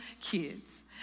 kids